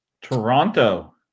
Toronto